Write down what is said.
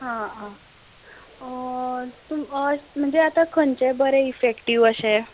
हां आं म्हणजे आतां खंयचे बरे इफेक्टीव्ह अशे